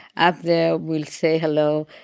up there, we'll say hello,